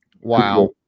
Wow